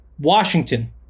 Washington